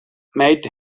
made